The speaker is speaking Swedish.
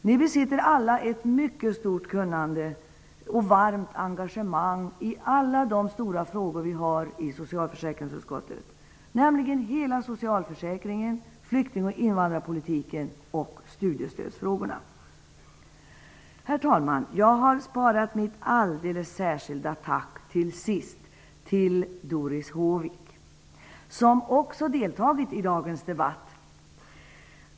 Ni besitter alla ett mycket stort kunnande och varmt engagemang i alla de stora frågor som vi behandlar i socialförsäkringsutskottet, nämligen hela socialförsäkringen, flykting och invandrarpolitiken samt studiestödsfrågorna. Herr talman! Jag har sparat mitt alldeles särskilda tack till sist, och det riktar jag till Doris Håvik, som också har deltagit i dagens debatt.